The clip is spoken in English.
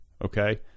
okay